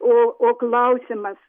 o o klausimas